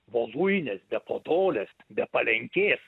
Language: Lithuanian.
voluinės podolės be palenkės